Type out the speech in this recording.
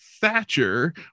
Thatcher